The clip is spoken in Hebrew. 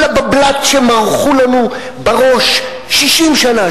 כל הבבל"ת שמרחו לנו בראש 60 שנה,